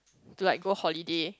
to like go holiday